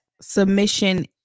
submission